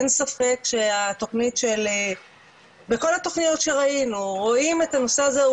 אין ספק שבכל התוכניות שראינו רואים את הנושא הזה,